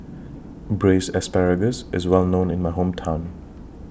Braised Asparagus IS Well known in My Hometown